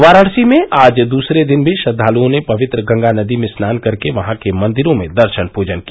वाराणसी में आज दूसरे दिन भी श्रद्वालुओं ने पवित्र गंगा नदी में स्नान कर के वहां के मंदिरों में दर्शन पूजन किया